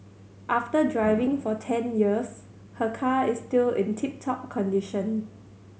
after driving for ten years her car is still in tip top condition